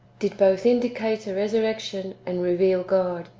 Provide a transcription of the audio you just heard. did both indicate a resurrection, and reveal god,